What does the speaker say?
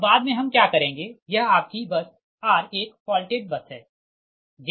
अब बाद मे हम क्या करेंगे यह आपकी बस r एक फाल्टेड बस है